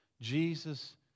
Jesus